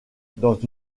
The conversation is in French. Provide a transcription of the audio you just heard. dans